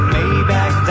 Maybach